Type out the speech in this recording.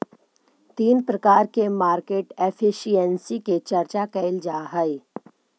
तीन प्रकार के मार्केट एफिशिएंसी के चर्चा कैल जा हई